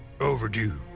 Overdue